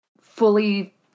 fully